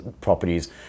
properties